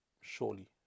Surely